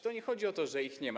To nie chodzi o to, że ich nie ma.